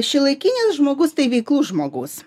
šiuolaikinis žmogus tai veiklus žmogus